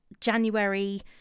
january